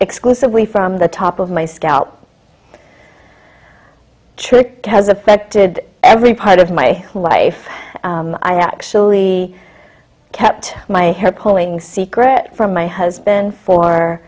exclusively from the top of my scalp trick has affected every part of my life i actually kept my hair pulling secret from my husband for